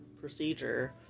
procedure